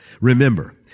Remember